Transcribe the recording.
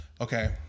Okay